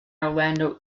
orlando